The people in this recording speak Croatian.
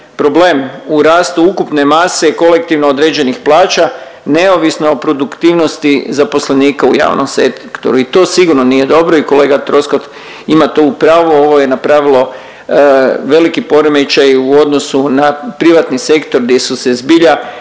problem u rastu ukupne mase kolektivno određenih plaća neovisno o produktivnosti zaposlenosti u javnom sektoru. I to sigurno nije dobro i kolega Troskot ima tu pravo, ovo je napravilo veliki poremećaj u odnosu na privatni sektor gdje su se zbilje